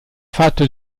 fatto